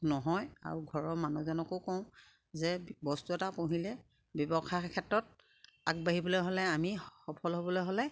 নহয় আৰু ঘৰৰ মানুহজনকো কওঁ যে বস্তু এটা পুহিলে ব্যৱসায় ক্ষেত্ৰত আগবাঢ়িবলৈ হ'লে আমি সফল হ'বলৈ হ'লে